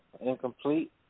incomplete